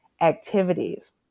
activities